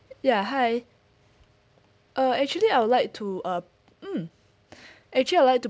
ya hi uh actually I would like to uh mm actually I would like to